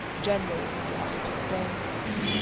general in the united states.